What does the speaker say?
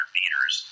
meters